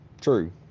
True